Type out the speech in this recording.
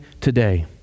today